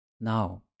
Now